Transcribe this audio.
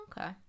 okay